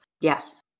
Yes